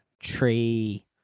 Tree